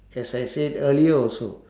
as I said earlier also